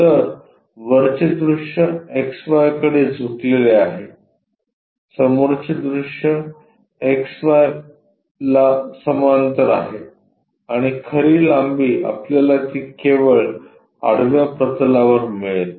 तर वरचे दृश्य एक्स वायकडे झुकलेले आहे समोरचे दृश्य एक्स वायला समांतर आहे आणि खरी लांबी आपल्याला ती केवळ आडव्या प्रतलावर मिळेल